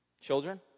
children